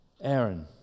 Aaron